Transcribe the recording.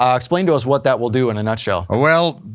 um explain to us what that will do, in a nutshell. ah well,